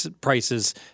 prices